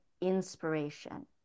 inspiration